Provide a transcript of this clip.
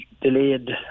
delayed